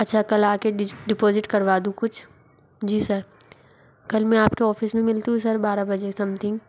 अच्छा कल आके डिपोज़िट करवा दूँ कुछ जी सर कल मैं आपके ऑफिस में मिलती हूँ सर बारह बजे सम्थिंग